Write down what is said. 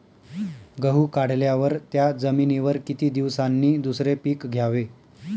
गहू काढल्यावर त्या जमिनीवर किती दिवसांनी दुसरे पीक घ्यावे?